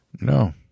No